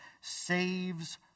saves